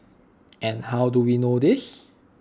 and how do we know this